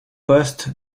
poste